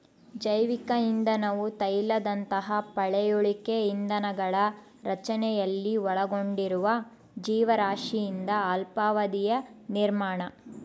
ಜೈವಿಕ ಇಂಧನವು ತೈಲದಂತಹ ಪಳೆಯುಳಿಕೆ ಇಂಧನಗಳ ರಚನೆಯಲ್ಲಿ ಒಳಗೊಂಡಿರುವ ಜೀವರಾಶಿಯಿಂದ ಅಲ್ಪಾವಧಿಯ ನಿರ್ಮಾಣ